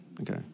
okay